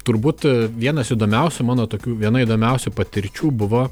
turbūt vienas įdomiausių mano tokių viena įdomiausių patirčių buvo